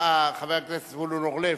חבר הכנסת זבולון אורלב.